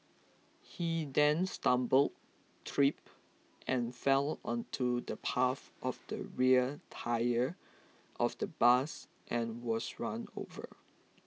he then stumbled tripped and fell onto the path of the rear tyre of the bus and was run over